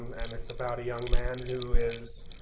and it's about a young man who is